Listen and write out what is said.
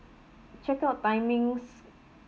check out timings